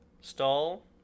stall